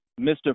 Mr